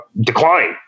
Decline